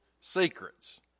secrets